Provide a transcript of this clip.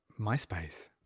MySpace